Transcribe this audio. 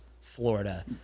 Florida